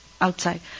Outside